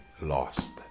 lost